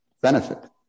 benefit